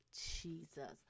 Jesus